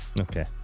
okay